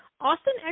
Austin